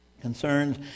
concerns